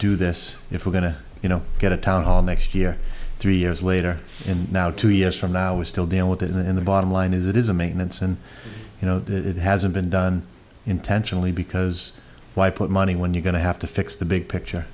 do this if we're going to you know get a town hall next year three years later and now two years from now we still deal with it in the bottom line is it is a maintenance and you know it hasn't been done intentionally because why put money when you're going to have to fix the big picture